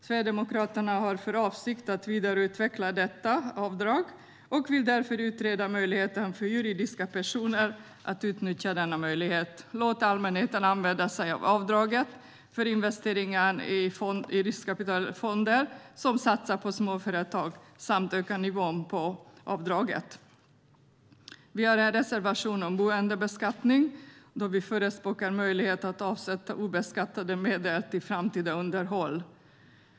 Sverigedemokraterna har för avsikt att vidareutveckla detta avdrag och vill därför utreda möjligheten för juridiska personer att utnyttja denna möjlighet, låta allmänheten använda sig av avdraget för investeringar i riskkapitalfonder som satsar på småföretag samt öka nivån på avdraget. Vi har en reservation om boendebeskattning, då vi förespråkar möjlighet att avsätta obeskattade medel till framtida underhåll.